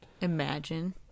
imagine